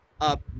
up